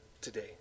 today